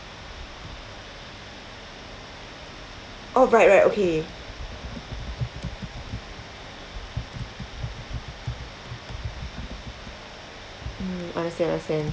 oh right right okay mm understand understand